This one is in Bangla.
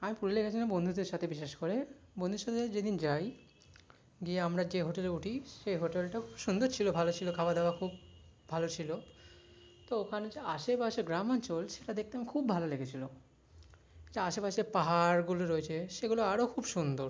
আমি পুরুলিয়া গেছিলাম বন্ধুদের সাথে বিশেষ করে বন্ধুদের সাথে যেদিন যাই গিয়ে আমরা যে হোটেলে উঠি সে হোটেলটাও সুন্দর ছিল ভালো ছিল খাওয়া দাওয়া খুব ভালো ছিল তো ওখানে তো আশেপাশে গ্রামাঞ্চল সেটা দেখতে আমার খুব ভালো লেগেছিলো তা আশেপাশে পাহাড়গুলো রয়েছে সেগুলো আরও খুব সুন্দর